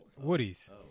woody's